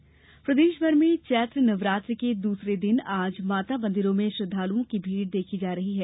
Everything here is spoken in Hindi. नवरात्रि प्रदेशभर में चैत्र नैवरात्र के दूसरे दिन आज माता मंदिरों में श्रद्वालुओं की भीड़ देखी जा रही हैं